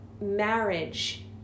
marriage